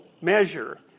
measure